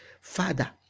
Father